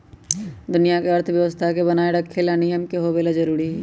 दुनिया के अर्थव्यवस्था के बनाये रखे ला नियम के होवे ला जरूरी हई